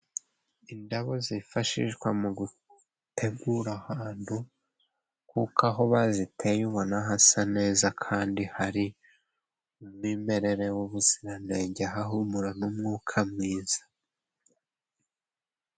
Indabo zifashishwa mu gutegura ahantu nkuko aho baziteye ubona hasa neza kandi hari umwimerere w'ubuziranenge hahumura n'umwuka mwiza.